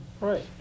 Right